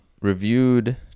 reviewed